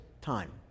time